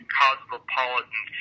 cosmopolitan